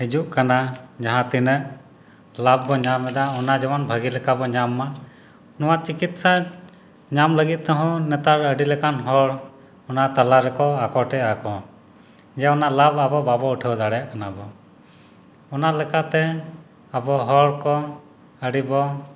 ᱦᱤᱡᱩᱜ ᱠᱟᱱᱟ ᱡᱟᱦᱟᱸ ᱛᱤᱱᱟᱹᱜ ᱞᱟᱵᱷ ᱵᱚ ᱧᱟᱢᱮᱫᱟ ᱚᱱᱟ ᱡᱮᱢᱚᱱ ᱵᱷᱟᱹᱜᱤ ᱞᱮᱠᱟ ᱵᱚ ᱧᱟᱢ ᱢᱟ ᱱᱚᱣᱟ ᱪᱤᱠᱤᱛᱥᱟ ᱧᱟᱢ ᱞᱟᱹᱜᱤᱫ ᱛᱮᱦᱚᱸ ᱱᱮᱛᱟᱨ ᱟᱹᱰᱤ ᱞᱮᱠᱟᱱ ᱦᱚᱲ ᱚᱱᱟ ᱛᱟᱞᱟ ᱨᱮᱠᱚ ᱟᱠᱚᱴᱮᱫᱼᱟ ᱠᱚ ᱡᱟᱦᱟᱱᱟᱜ ᱞᱟᱵᱷ ᱟᱵᱚ ᱵᱟᱵᱚ ᱩᱴᱷᱟᱹᱣ ᱫᱟᱲᱮᱭᱟᱜ ᱠᱟᱱᱟ ᱟᱵᱚ ᱚᱱᱟ ᱞᱮᱠᱟ ᱛᱮ ᱟᱵᱚ ᱦᱚᱲ ᱠᱚ ᱟᱹᱰᱤᱵᱚ